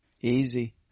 Easy